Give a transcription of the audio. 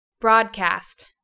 broadcast